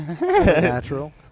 Natural